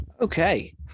Okay